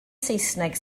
saesneg